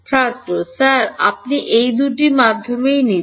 ছাত্র স্যার আপনি এই দুটি মাধ্যমই নিচ্ছেন